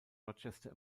rochester